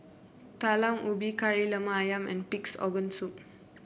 Talam Ubi Kari Lemak ayam and Pig's Organ Soup